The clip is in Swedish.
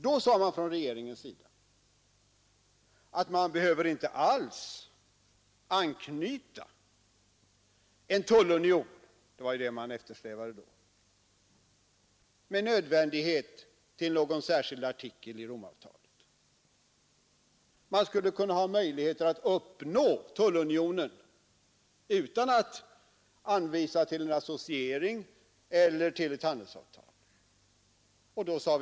Då sades det från regeringens sida att man behöver inte alls med nödvändighet anknyta en tullunion — det var ju det man eftersträvade — till någon särskild artikel i Romavtalet. Man skulle kunna ha möjligheter att uppnå tullunionen utan att anknyta till artikel 238 om associering eller till artikel 113 om handelsavtal.